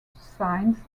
signs